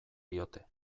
diote